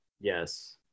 Yes